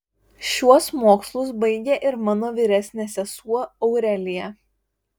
šiuos mokslus baigė ir mano vyresnė sesuo aurelija